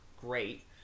great